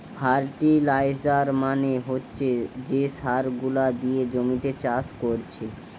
fertiliser মানে হচ্ছে যে সার গুলা দিয়ে জমিতে চাষ কোরছে